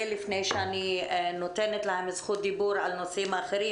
לפני שאני נותנת להם זכות דיבור על נושאים אחרים.